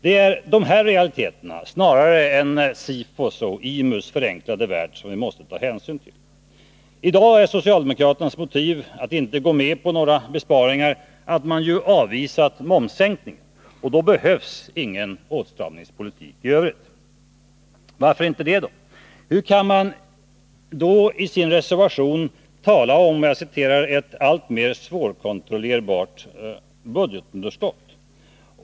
Det är dessa realiteter snarare än SIFO:s och IMU:s förenklade värld som vi måste ta hänsyn till. I dag är socialdemokraternas motiv för att inte gå med på några besparingar att de har avvisat momssänkningen, och då behövs ingen åtstramningspolitik i övrigt. Varför inte det då? Hur kan man då i sin reservation tala om ”ett alltmer svårkontrollerat statligt budgetunderskott”?